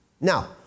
Now